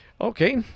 Okay